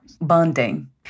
bonding